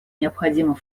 необходимый